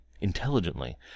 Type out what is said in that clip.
intelligently